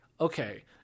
okay